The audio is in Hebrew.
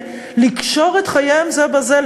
לקשור את חייהם זה בזה,